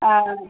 अच्छा